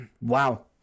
Wow